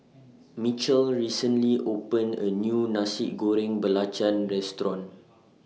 Mitchel recently opened A New Nasi Goreng Belacan Restaurant